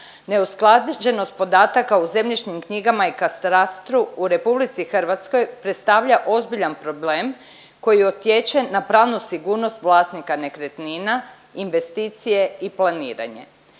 Neusklađenost podataka u zemljišnim knjigama i katastru u RH predstavlja ozbiljan problem koji utječe na pravnu sigurnost vlasnika nekretnina, investicije i planiranje.